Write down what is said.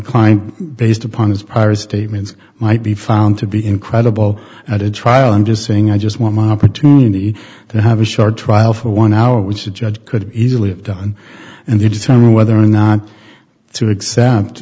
client based upon his prior statements might be found to be incredible at a trial i'm just saying i just want my opportunity to have a short trial for one hour which a judge could easily have done and they determine whether or not to accept